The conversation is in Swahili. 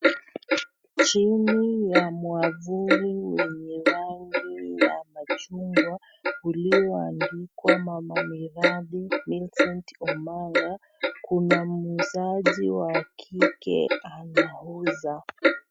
Chini ya mwavuli yenye rangi ya machungwa, ulio andikwa mama miradi Milicent Omanga Kun muuzaji wa kike anauza.